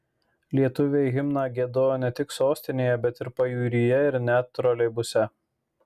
lietuviai himną giedojo ne tik sostinėje bet ir pajūryje ir net troleibuse